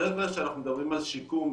בדרך כלל כשאנחנו מדברים על שיקום,